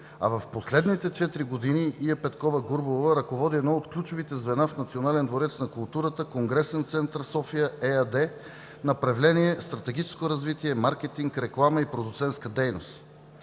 а в последните четири години Ия Петкова-Гурбалова ръководи едно от ключовите звена в Националния дворец на културата – конгресен център София ЕАД, направление „Стратегическо развитие, маркетинг, реклама и продуцентска дейност“,